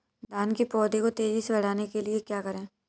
धान के पौधे को तेजी से बढ़ाने के लिए क्या करें?